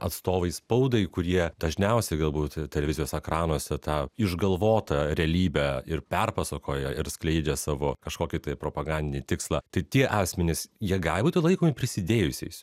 atstovai spaudai kurie dažniausiai galbūt televizijos ekranuose tą išgalvotą realybę ir perpasakoja ir skleidžia savo kažkokį tai propagandinį tikslą tai tie asmenys jie gali būti laikomi prisidėjusiais